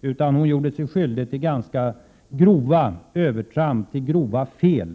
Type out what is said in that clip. utan Anna-Greta Leijon gjorde sig faktiskt skyldig till ganska grova övertramp, till grova fel.